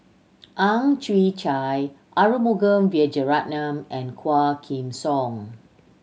Ang Chwee Chai Arumugam Vijiaratnam and Quah Kim Song